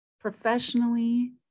professionally